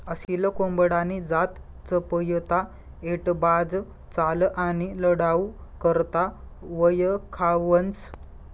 असील कोंबडानी जात चपयता, ऐटबाज चाल आणि लढाऊ करता वयखावंस